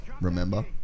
remember